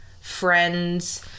friends